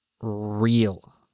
real